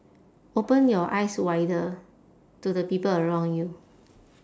open your eyes wider to the people around you